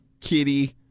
kitty